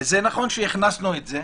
וזה נכון שהכנסנו את זה,